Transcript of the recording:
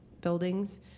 buildings